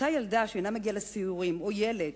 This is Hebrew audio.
אותה ילדה שאינה מגיעה לשיעורים, או ילד,